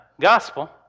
gospel